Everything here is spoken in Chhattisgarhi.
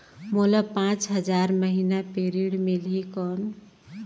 मोला पांच हजार महीना पे ऋण मिलही कौन?